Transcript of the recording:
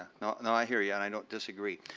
you know i hear you, and i don't disagree.